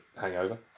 hangover